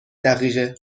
دقیقه